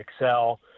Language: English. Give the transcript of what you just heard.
Excel